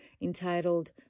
entitled